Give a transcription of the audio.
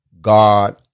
God